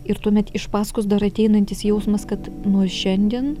ir tuomet iš paskos dar ateinantis jausmas kad nuo šiandien